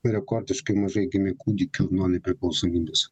rekordiškai mažai gimė kūdikių nuo nepriklausomybės